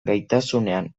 gaitasunean